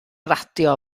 radio